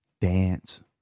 dance